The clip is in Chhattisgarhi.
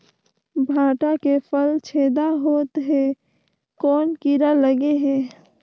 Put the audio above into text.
भांटा के फल छेदा होत हे कौन कीरा लगे हे?